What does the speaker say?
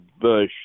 Bush